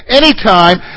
anytime